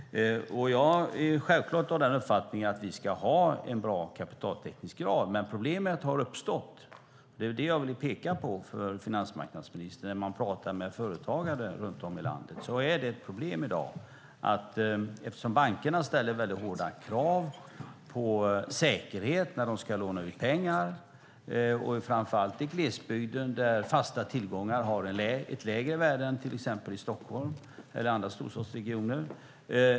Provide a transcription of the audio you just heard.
Jag är självklart av uppfattningen att vi ska ha en bra kapitaltäckningsgrad. Men det jag ville peka på för finansmarknadsministern är att problem har uppstått. När man pratar med företagare runt om i landet får man veta att de har problem i dag. Bankerna ställer väldigt hårda krav på säkerhet när de ska låna ut pengar, framför allt i glesbygden, där fasta tillgångar har ett lägre värde än i till exempel Stockholm och andra storstadsregioner.